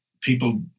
people